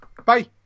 Bye